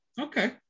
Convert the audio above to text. Okay